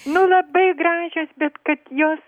nu labai gražios bet kad jos